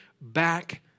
back